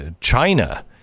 china